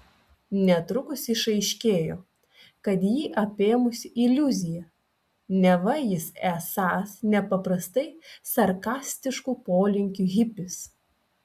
netrukus išaiškėjo kad jį apėmusi iliuzija neva jis esąs nepaprastai sarkastiškų polinkių hipis